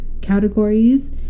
categories